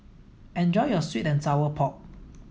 enjoy your sweet and sour pork